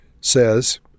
says